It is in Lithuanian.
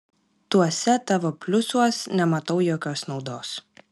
tuose tavo pliusuos nematau jokios naudos